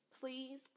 please